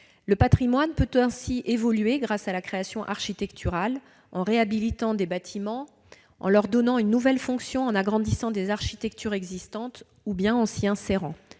Le patrimoine peut ainsi évoluer grâce à la création architecturale : il s'agit de réhabiliter des bâtiments en leur donnant une nouvelle fonction, en agrandissant des architectures existantes ou en s'y insérant.